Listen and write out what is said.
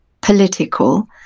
political